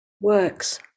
works